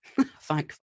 Thank